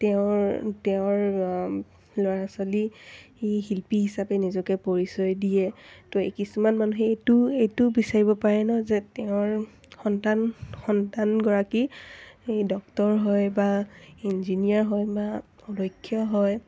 তেওঁৰ তেওঁৰ ল'ৰা ছোৱালী শিল্পী হিচাপে নিজকে পৰিচয় দিয়ে ত' এই কিছুমান মানুহে এইটো এইটো বিচাৰিব পাৰে নহ্ যে তেওঁৰ সন্তান সন্তানগৰাকী এই ডক্টৰ হয় বা ইঞ্জিনিয়াৰ হয় বা সুদক্ষ হয়